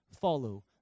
follow